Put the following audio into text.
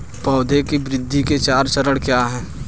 पौधे की वृद्धि के चार चरण क्या हैं?